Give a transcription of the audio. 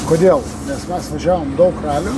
kodėl nes mes važiavom daug ralių